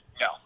No